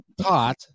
taught –